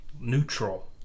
neutral